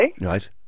Right